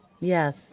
Yes